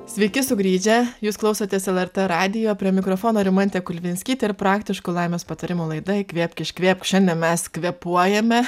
sveiki sugrįžę jūs klausotės lrt radijo prie mikrofono rimantė kulvinsky ir praktiškų laimės patarimų laida įkvėpk iškvėpk šiandien mes kvėpuojame